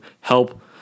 help